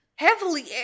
Heavily